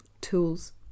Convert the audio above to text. tools